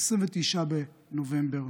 29 בנובמבר,